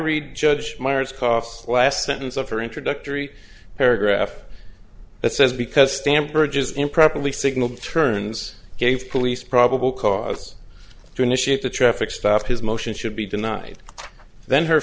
read judge miers coffs last sentence of her introductory paragraph that says because stamp urges improperly signaled turns gave police probable cause to initiate a traffic stop his motion should be denied then her